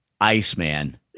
Iceman